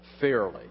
fairly